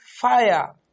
fire